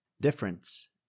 difference